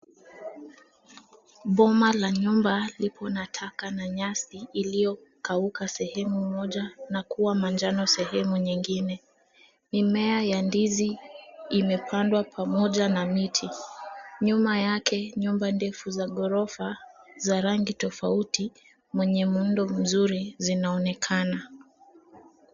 Boma la nyumba lipo na taka na nyasi iliyo kauka sehemu moja na kuwa manjano sehemu nyingine, mimea ya ndizi imepandwa pamoja na miti, nyuma yake nyumba ndefu za gorofa za rangi tofauti mwenye muundo mzuri zinaonekana.